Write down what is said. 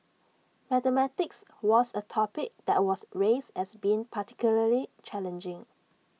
mathematics was A topic that was raised as being particularly challenging